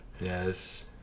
Yes